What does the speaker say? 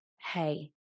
Hey